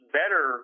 better